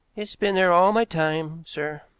it's been there all my time, sir.